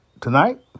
tonight